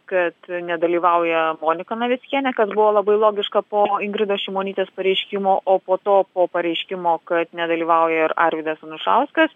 kad nedalyvauja monika navickienė kas buvo labai logiška po ingridos šimonytės pareiškimo o po to po pareiškimo kad nedalyvauja ir arvydas anušauskas